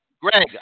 Greg